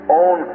own